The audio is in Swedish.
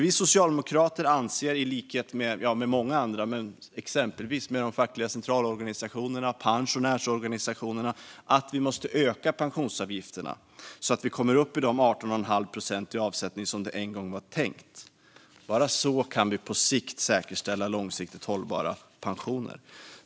Vi socialdemokrater anser, i likhet med många andra, exempelvis med de fackliga centralorganisationerna och pensionärsorganisationerna, att vi måste öka pensionsavgifterna så att vi kommer upp i de 18 1⁄2 procent i avsättning som det en gång var tänkt. Bara så kan vi på sikt säkerställa långsiktigt hållbara pensioner.